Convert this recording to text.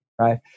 right